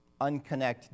unconnect